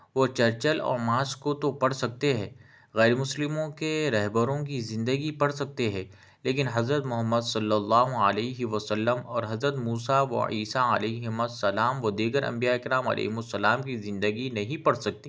وہ چرچل اور ماس کو تو پڑھ سکتے ہے غیرمسلموں کے رہبروں کی زندگی پڑھ سکتے ہے لیکن حضرت محمد صلی اللہ علیہ و سلم اور حضرت موسیٰ و عیسیٰ علیہما السلام و دیگر انبیاء کرام علیہم السلام کی زندگی نہیں پڑھ سکتے